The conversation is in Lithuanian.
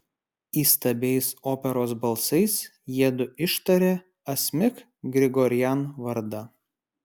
įstabiais operos balsais jiedu ištarė asmik grigorian vardą